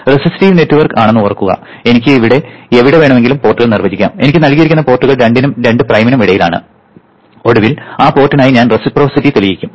resistive network ആണെന്ന് ഓർക്കുക എനിക്ക് എവിടെ വേണമെങ്കിലും പോർട്ടുകൾ നിർവചിക്കാം എനിക്ക് നൽകിയിരിക്കുന്ന പോർട്ടുകൾ 2 നും 2 പ്രൈംനും ഇടയിലാണ് ഒടുവിൽ ആ പോർട്ടിനായി ഞാൻ റെസിപ്രൊസിറ്റി തെളിയിക്കും